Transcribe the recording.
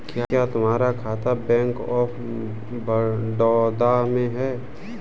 क्या तुम्हारा खाता बैंक ऑफ बड़ौदा में है?